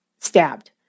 stabbed